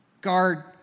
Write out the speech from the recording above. guard